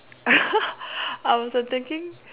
I was like thinking